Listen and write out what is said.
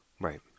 Right